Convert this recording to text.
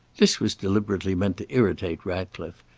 this was deliberately meant to irritate ratcliffe,